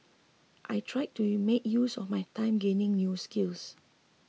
I tried to you make use of my time gaining new skills